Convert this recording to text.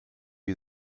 you